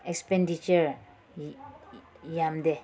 expenditure ꯌꯥꯝꯗꯦ